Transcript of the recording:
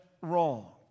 wrong